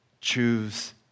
Choose